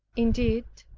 indeed,